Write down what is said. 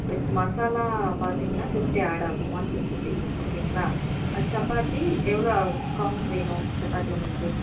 with masala பார்த்தீங்கனா fifty add ஆகும் one sixty ஓகேங்களா சப்பாத்தி எவ்வளோ கவுண்ட் வேணும் சப்பாத்தி உங்களுக்கு